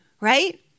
Right